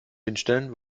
hinstellen